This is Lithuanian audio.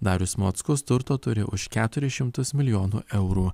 darius mockus turto turi už keturis šimtus milijonų eurų